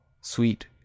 sweet